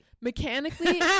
mechanically